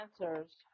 answers